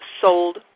sold